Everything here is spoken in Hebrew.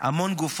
המון גופות,